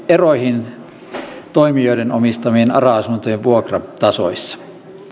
eroihin toimijoiden omistamien ara asuntojen vuokratasoissa